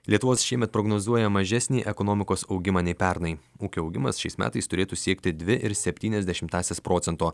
lietuvos šiemet prognozuoja mažesnį ekonomikos augimą nei pernai ūkio augimas šiais metais turėtų siekti dvi ir septyniasdešimtąsias procento